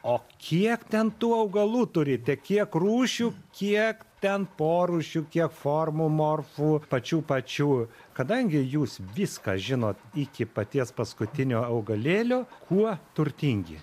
o kiek ten tų augalų turite kiek rūšių kiek ten porūšių kiek formų morfų pačių pačių kadangi jūs viską žinot iki paties paskutinio augalėlio kuo turtingi